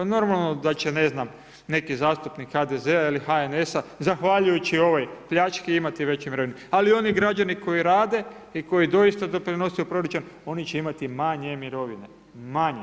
Normalno da će ne znam, neki zastupnik HDZ-a ili HNS-a zahvaljujući ovoj pljački imati veće mirovine, ali oni građani koji rade i koji doista doprinose u proračun, oni će imati manje mirovine, manje.